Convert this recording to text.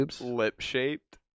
Lip-shaped